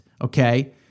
okay